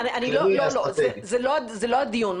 זה לא הדיון.